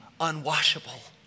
unwashable